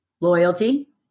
loyalty